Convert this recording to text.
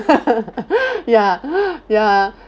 ya ya